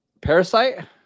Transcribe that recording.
parasite